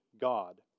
God